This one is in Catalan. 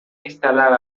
instal·lar